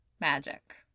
magic